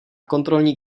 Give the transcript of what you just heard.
kontrolní